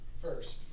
First